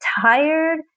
tired